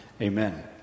Amen